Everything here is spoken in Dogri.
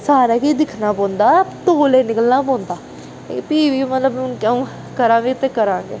सारा किश दिक्खना पौंदा तौले निकलना पौंदा फ्ही बी मतलब हून अ'ऊं करां बी ते करां केह्